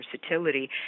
versatility